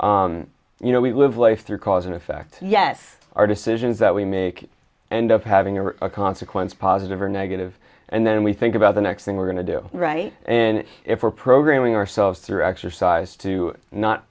is you know we live life through cause and effect yes are decisions that we make end up having or a consequence positive or negative and then we think about the next thing we're going to do right and if we're programming ourselves through exercise to not